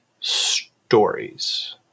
stories